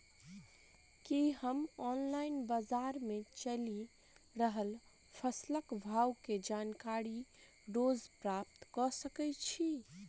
की हम ऑनलाइन, बजार मे चलि रहल फसलक भाव केँ जानकारी रोज प्राप्त कऽ सकैत छी?